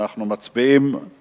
אנו מצביעים על